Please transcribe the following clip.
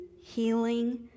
healing